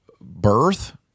birth